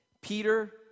Peter